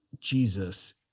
Jesus